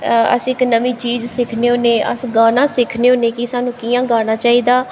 अस इक नमीं चीज सिक्खने होन्ने अस गाना सिक्खने होन्ने कि सानूं कि'यां गाना चाहिदा